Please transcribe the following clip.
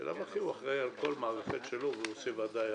בלאו הכי הוא אחראי על כל המערכת והוא עושה ודאי הערכה.